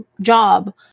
job